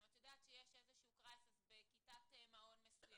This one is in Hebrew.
אם את יודעת שיש איזה crisis בכיתת מעון מסוים